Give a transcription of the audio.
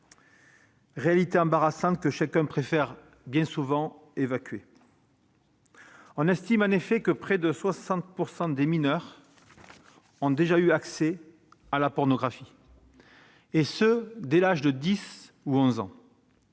réalité embarrassante que chacun préfère bien souvent évacuer. On estime ainsi que près de 60 % des mineurs ont déjà eu accès à la pornographie, et ce dès l'âge de 10 ou 11 ans,